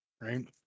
Right